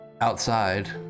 Outside